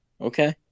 Okay